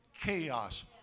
chaos